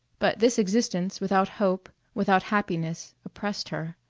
but this existence without hope, without happiness, oppressed her,